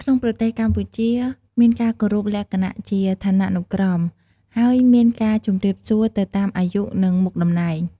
ក្នុងប្រទេសកម្ពុជាមានការគោរពលក្ខណៈជាឋានានុក្រម ហើយមានការជម្រាបសួរទៅតាម អាយុ និងមុខតំណែង។